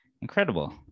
incredible